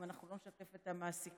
אם אנחנו לא נשתף את המעסיקים.